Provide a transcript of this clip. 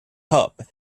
hub